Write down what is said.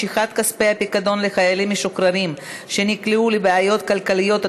משיכת כספי הפיקדון לחיילים משוחררים שנקלעו לבעיות כלכליות),